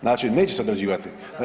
Znači neće se određivati.